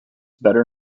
better